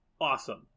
awesome